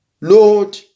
Lord